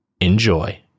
Enjoy